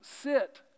sit